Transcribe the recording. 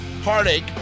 heartache